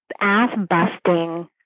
ass-busting